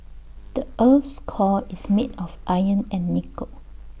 the Earth's core is made of iron and nickel